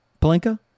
Palenka